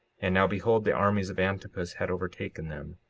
and now behold, the armies of antipus had overtaken them,